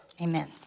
amen